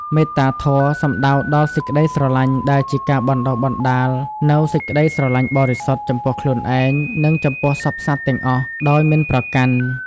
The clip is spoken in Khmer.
មេត្តាធម៌ សំដៅដល់សេចក្តីស្រឡាញ់ ដែលជាការបណ្ដុះបណ្ដាលនូវសេចក្ដីស្រឡាញ់បរិសុទ្ធ ចំពោះខ្លួនឯង និងចំពោះសព្វសត្វទាំងអស់ ដោយមិនប្រកាន់។